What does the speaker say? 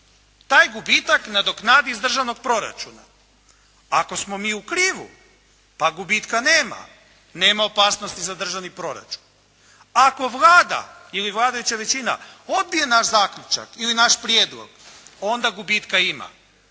taj gubitak nadoknadi iz državnog proračuna. Ako smo mi u krivu, pa gubitka nema, nema opasnosti za državni proračun. Ako Vlada ili vladajuća većina, odbije naš zaključak ili naš prijedlog, onda gubitka ima